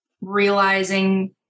realizing